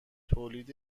تولید